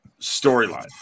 storyline